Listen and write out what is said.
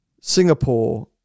Singapore